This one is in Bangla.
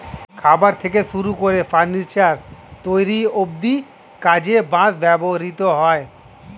খাবার থেকে শুরু করে ফার্নিচার তৈরি অব্ধি কাজে বাঁশ ব্যবহৃত হয়